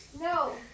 No